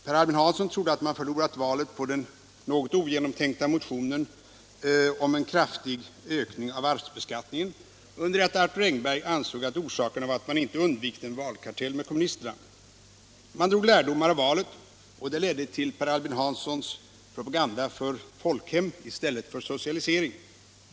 Per Albin Hansson trodde att man förlorat valet på den ogenomtänkta motionen om en kraftig ökning av arvsbeskattningen, under det att Arthur Engberg ansåg att orsakerna var att man inte undvikit en valkartell med kommunisterna. Man drog lärdomar av valet, och det ledde till Per Albin Hanssons propaganda för folkhem i stället för socialisering.